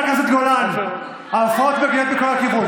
חברת הכנסת גולן, ההפרעות מגיעות מכל הכיוונים.